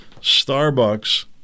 Starbucks